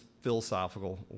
philosophical